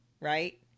Right